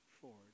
forward